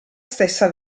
stessa